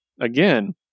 again